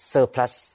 Surplus